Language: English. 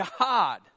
God